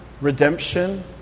redemption